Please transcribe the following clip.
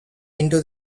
into